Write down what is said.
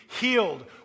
healed